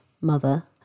mother